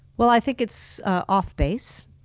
well, i think it's off base.